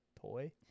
toy